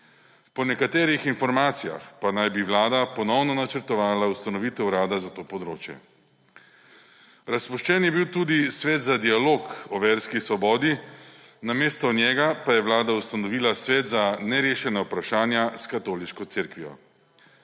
Po nekih informacijah pa naj bi Vlada ponovno načrtovala ustanovitev urada za to področje. Razpuščen je bil tudi Svet za dialog o verski svobodi namesto njega pa je Vlada ustanovila Svet za nerešena vprašanja s katoliško cerkvijo.